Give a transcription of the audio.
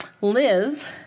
Liz